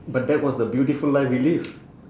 but that was the beautiful life we live